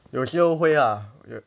有时候会啦